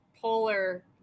polar